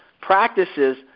practices